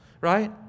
right